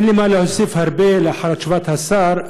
אין לי הרבה מה להוסיף לאחר תשובת השר,